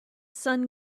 sun